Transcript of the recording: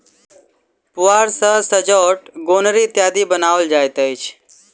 पुआर सॅ सजौट, गोनरि इत्यादि बनाओल जाइत अछि